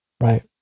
Right